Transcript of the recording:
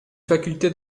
faculté